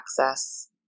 access